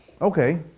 Okay